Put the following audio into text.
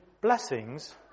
blessings